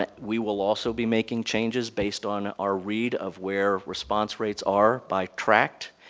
we will also be making changes, based on our read of where response rates are by tract.